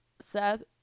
Seth